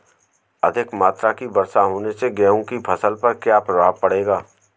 अधिक मात्रा की वर्षा होने से गेहूँ की फसल पर क्या प्रभाव पड़ेगा?